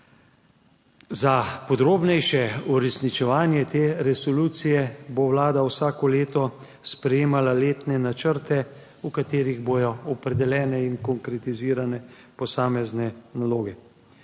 Za podrobnejše uresničevanje te resolucije bo Vlada vsako leto sprejemala letne načrte, v katerih bodo opredeljene in konkretizirane posamezne naloge.